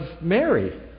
Mary